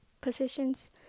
positions